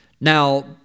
Now